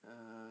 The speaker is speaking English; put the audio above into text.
ah